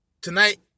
tonight